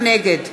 נגד